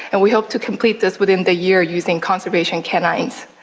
and we hope to complete this within the year using conservation canines.